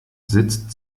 sitzt